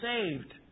saved